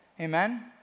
Amen